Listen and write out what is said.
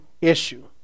issue